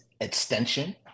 extension